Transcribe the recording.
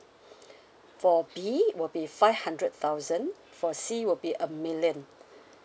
for B will be five hundred thousand for C will be a million